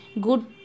good